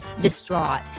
distraught